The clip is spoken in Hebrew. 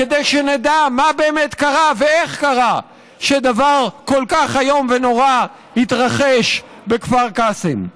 כדי שנדע מה באמת קרה ואיך קרה שדבר כל כך איום ונורא התרחש בכפר קאסם.